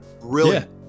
brilliant